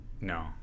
no